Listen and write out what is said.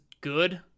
good